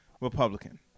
Republican